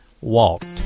Walked